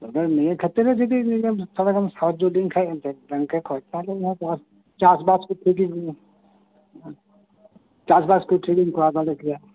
ᱥᱚᱨᱠᱟᱨ ᱱᱤᱭᱟᱹ ᱠᱷᱟᱛᱤᱨᱮ ᱡᱩᱫᱤ ᱤᱧᱮᱢ ᱥᱟᱦᱟᱡᱡᱚ ᱞᱤᱧ ᱠᱷᱟᱡ ᱮᱱᱛᱮ ᱵᱮᱝᱠ ᱠᱷᱚᱡ ᱛᱟᱦᱚᱞᱮ ᱤᱧ ᱦᱚᱸ ᱪᱟᱥ ᱵᱟᱥ ᱠᱚ ᱪᱟᱥ ᱵᱟᱥ ᱠᱚ ᱴᱷᱤᱠᱤᱧ ᱠᱚᱨᱟᱣ ᱫᱟᱲᱮ ᱠᱮᱭᱟ